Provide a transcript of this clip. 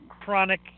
chronic